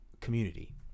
community